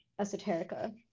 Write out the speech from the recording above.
esoterica